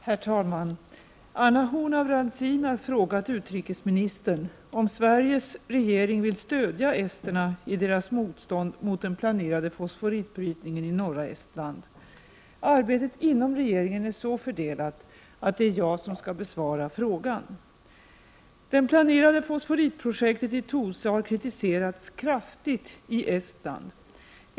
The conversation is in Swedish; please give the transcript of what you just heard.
Herr talman! Anna Horn af Rantzien har frågat utrikesministern om Sveriges regering vill stödja esterna i deras motstånd mot den planerade fosforitbrytningen i norra Estland. Arbetet inom regeringen är så fördelat att det är jag som skall besvara frågan. Det planerade fosforitprojektet i Toolse har kritiserats kraftigt i Estland.